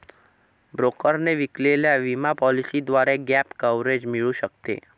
ब्रोकरने विकलेल्या विमा पॉलिसीद्वारे गॅप कव्हरेज मिळू शकते